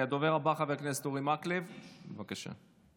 הדובר הבא, חבר הכנסת אורי מקלב, בבקשה.